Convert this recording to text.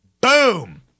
Boom